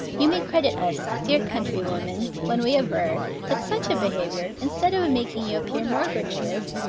you may credit us, dear countrywomen, when we aver, that such a behavior, instead of of making you appear more virtuous,